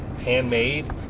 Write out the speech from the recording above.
handmade